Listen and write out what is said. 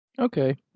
Okay